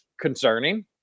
concerning